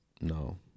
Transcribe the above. No